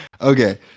Okay